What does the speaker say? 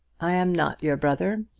i am not your brother,